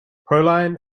proline